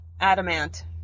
Adamant